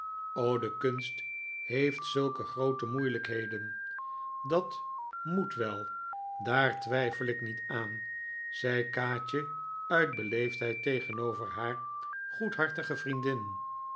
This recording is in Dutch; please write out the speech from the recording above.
de kunst heeft zulke groote moeilijkheden v dat moet wel daar twijfel ik niet aan zei kaatje uit beleefdheid tegenover haar goedhartige vriendin